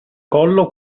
collo